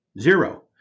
zero